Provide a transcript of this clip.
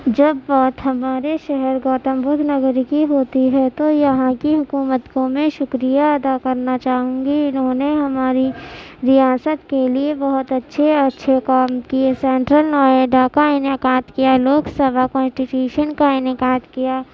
جب بات ہمارے شہر گوتم بدھ نگر کی ہوتی ہے تو یہاں کی حکومت کو میں شکریہ ادا کرنا چاہوں گی انہوں نے ہماری ریاست کے لیے بہت اچھے اچھے کام کیے سینٹرل نوئیڈا کا انعقاد کیا لوک سبھا کانسٹیٹیوشن کا انعقاد کیا